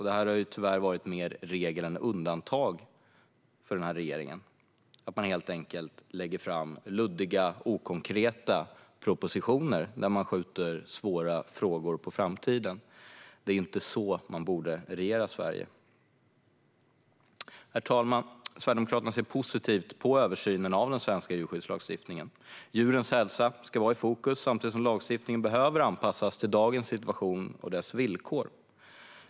Det har tyvärr varit mer regel än undantag för den här regeringen att man lägger fram luddiga och okonkreta propositioner och skjuter svåra frågor på framtiden. Det är inte så man borde regera Sverige. Herr talman! Sverigedemokraterna ser positivt på översynen av den svenska djurskyddslagstiftningen. Djurens hälsa ska vara i fokus samtidigt som lagstiftningen behöver anpassas till dagens situation och dess villkor.